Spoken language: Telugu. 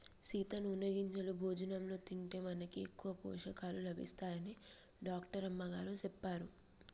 సీత నూనె గింజలు భోజనంలో తింటే మనకి ఎక్కువ పోషకాలు లభిస్తాయని డాక్టర్ అమ్మగారు సెప్పారు